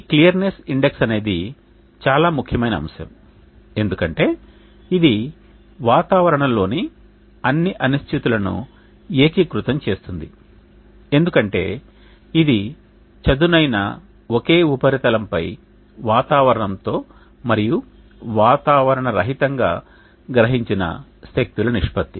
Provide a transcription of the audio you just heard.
ఈ clearness index అనేది చాలా ముఖ్యమైన అంశం ఎందుకంటే ఇది వాతావరణం లోని అన్ని అనిశ్చితులను ఏకీకృతం చేస్తుంది ఎందుకంటే ఇది చదునైన ఒకే ఉపరితలంపై వాతావరణంతో మరియు వాతావరణ రహితంగా గ్రహించిన శక్తుల నిష్పత్తి